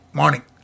morning